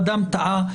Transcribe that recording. אדם טעה,